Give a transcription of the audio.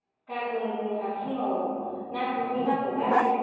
गाबोन जोंहा फुंआव ना गुरहैनांगौहाय